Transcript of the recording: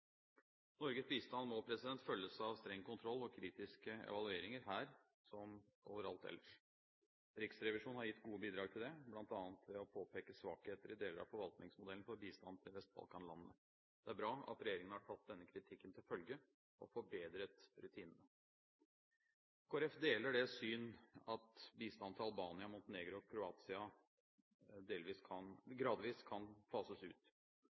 Norges bistand må følges av streng kontroll og kritiske evalueringer, her som overalt ellers. Riksrevisjonen har gitt gode bidrag til det, bl.a. ved å påpeke svakheter i deler av forvaltningsmodellen for bistand til Vest-Balkan-landene. Det er bra at regjeringen har tatt denne kritikken til følge og forbedret rutinene. Kristelig Folkeparti deler det syn at bistanden til Albania, Montenegro og Kroatia gradvis kan fases ut.